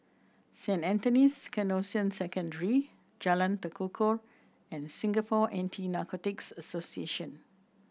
Saint Anthony's Canossian Secondary Jalan Tekukor and Singapore Anti Narcotics Association